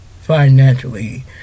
financially